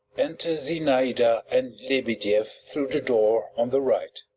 enter zinaida and lebedieff through the door on the right.